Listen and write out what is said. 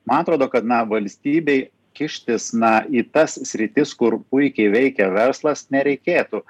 man atrodo kad na valstybei kištis na į tas sritis kur puikiai veikia verslas nereikėtų